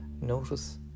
notice